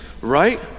right